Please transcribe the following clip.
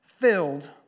filled